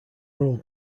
rule